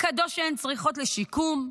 הקדוש שהן צריכות לשיקום,